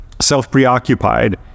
self-preoccupied